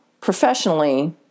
professionally